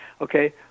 Okay